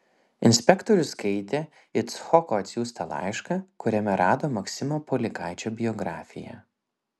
inspektorius skaitė icchoko atsiųstą laišką kuriame rado maksimo polikaičio biografiją